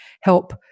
help